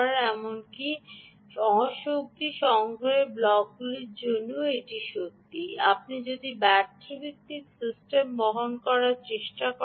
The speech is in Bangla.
এমনকী অ শক্তি শক্তি সংগ্রহের ব্লকগুলির জন্যও এটি সত্য আপনি যদি ব্যাটারি ভিত্তিক সিস্টেম ব্যবহার করার চেষ্টা করছেন